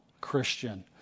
Christian